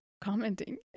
commenting